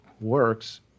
works